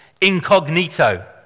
incognito